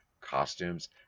costumes